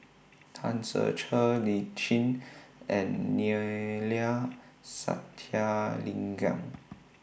Tan Ser Cher Lee Tjin and Neila Sathyalingam